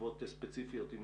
תשובות ספציפיות, אם